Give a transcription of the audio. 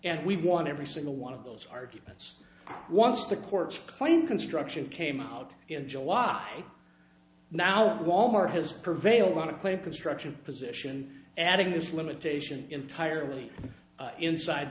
and we won every single one of those arguments once the court's claim construction came out in july now that wal mart has prevailed on a claim construction position adding this limitation entirely inside